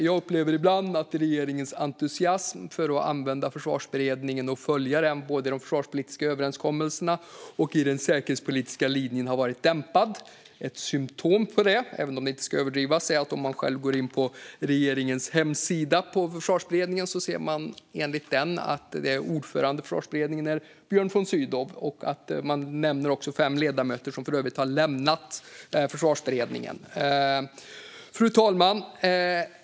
Jag upplever ibland att regeringens entusiasm för att använda Försvarsberedningen och följa den både i de försvarspolitiska överenskommelserna och i den säkerhetspolitiska linjen har varit dämpad. Ett symtom på det, även om det inte ska överdrivas, är att det på regeringens hemsida står att Björn von Sydow är ordförande för Försvarsberedningen. Här nämns också fem ledamöter som numera lämnat Försvarsberedningen. Fru talman!